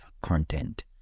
content